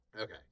Okay